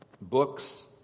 books